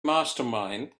mastermind